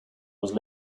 was